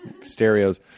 stereos